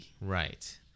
Right